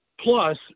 Plus